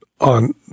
on